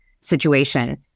situation